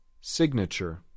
signature